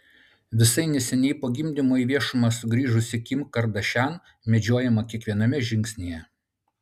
visai neseniai po gimdymo į viešumą sugrįžusi kim kardashian medžiojama kiekviename žingsnyje